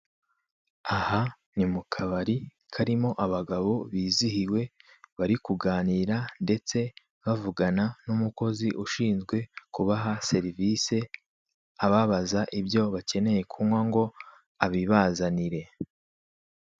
Aha ni mu kabari karimo abagabo bizihiwe bari kuganira ndetse bavugana n'umukozi ushinzwe kubaha serivise ababaza ibyo bakeneye kunywa ngo abibazanire.